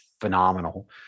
phenomenal